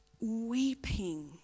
weeping